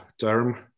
term